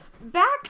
back